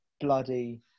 bloody